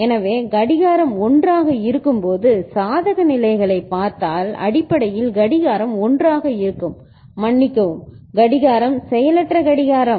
எனவே கடிகாரம் 1 ஆக இருக்கும்போது சாதக நிலைகளை பார்த்தால் அடிப்படையில் கடிகாரம் 1 ஆக இருக்கும் மன்னிக்கவும் கடிகாரம் செயலற்ற கடிகாரம்